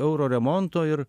euro remonto ir